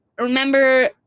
Remember